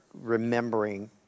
remembering